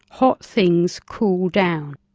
hot things cool down.